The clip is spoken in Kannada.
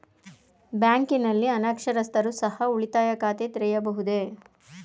ಬ್ಯಾಂಕಿನಲ್ಲಿ ಅನಕ್ಷರಸ್ಥರು ಸಹ ಉಳಿತಾಯ ಖಾತೆ ತೆರೆಯಬಹುದು?